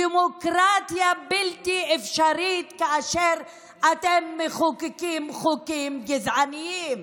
הדמוקרטיה בלתי אפשרית כאשר אתם מחוקקים חוקים גזעניים.